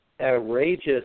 outrageous